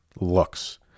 looks